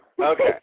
Okay